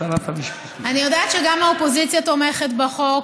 אני יודעת שגם האופוזיציה תומכת בחוק,